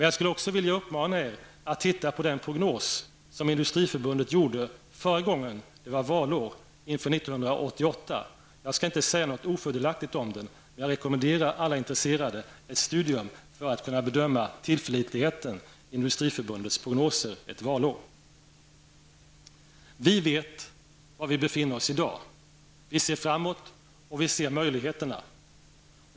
Jag skulle också vilja uppmana er att titta på den prognos som Industriförbundet gjorde förra gången det var valår, inför 1988. Jag skall inte säga något ofördelaktigt om den, men jag rekommenderar alla intresserade ett studium för att kunna bedöma tillförlitligheten i Industriförbundets prognoser ett valår. Vi vet var vi befinner oss i dag. Vi ser framåt, och vi ser möjligheterna.